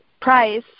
price